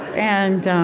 and